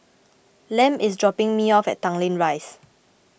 Lem is dropping me off at Tanglin Rise